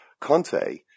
Conte